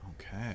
okay